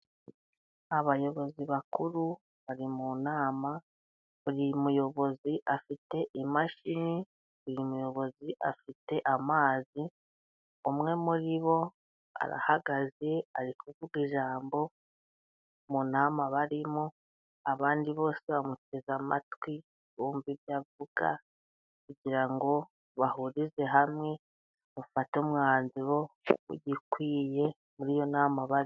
Abayobozi bakuru bari mu nama, buri muyobozi afite imashini, uyu muyobozi afite amazi, umwe muri bo arahagaze, ari kuvuga ijambo mu nama barimo, abandi bose bamuteze amatwi bumve ibyo avuga, kugira ngo bahurize hamwe, bafate umwanzuro ukwiye muri iyo nama barimo.